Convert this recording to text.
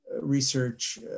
research